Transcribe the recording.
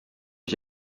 iyi